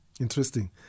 Interesting